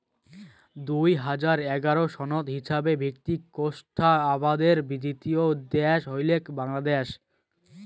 দুই হাজার এগারো সনত হিছাবে ভিত্তিক কোষ্টা আবাদের দ্বিতীয় দ্যাশ হইলেক বাংলাদ্যাশ